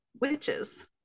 witches